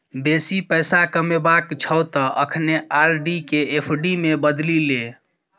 बेसी पैसा कमेबाक छौ त अखने आर.डी केँ एफ.डी मे बदलि ले